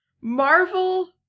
Marvel